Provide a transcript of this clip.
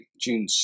June